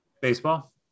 baseball